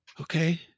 Okay